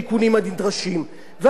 ואכן, היו כבר תיקונים נדרשים.